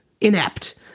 inept